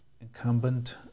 incumbent